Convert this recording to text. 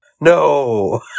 No